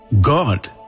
God